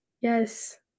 yes